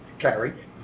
carry